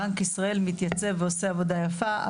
בנק ישראל מתייצב ועושה עבודה יפה,